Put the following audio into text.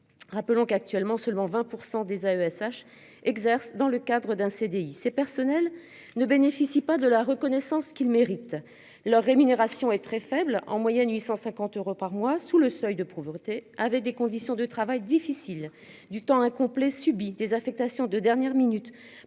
Rappelons qu'actuellement seulement 20% des AESH exerce dans le cadre d'un CDI c'est personnels ne bénéficient pas de la reconnaissance qu'il mérite. Leur rémunération est très faible en moyenne 850 euros par mois sous le seuil de pauvreté, avec des conditions de travail difficiles du temps incomplet subit des affectations de dernière minute